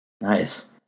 Nice